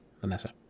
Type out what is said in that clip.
Vanessa